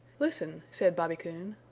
listen, said bobby coon.